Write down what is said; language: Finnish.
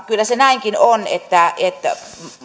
kyllä se näinkin on että että